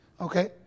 Okay